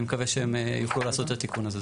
מקווה שהם יוכלו לעשות את התיקון הזה.